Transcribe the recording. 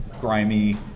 grimy